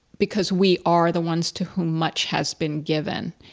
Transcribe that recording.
because we are the ones to whom much has been given.